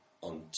On